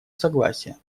согласия